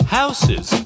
houses